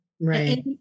Right